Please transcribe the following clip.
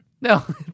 No